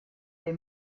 les